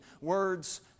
Words